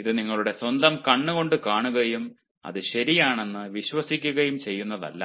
ഇത് നിങ്ങളുടെ സ്വന്തം കണ്ണുകൊണ്ട് കാണുകയും അത് ശരിയാണെന്ന് വിശ്വസിക്കുകയും ചെയ്യുന്നതല്ല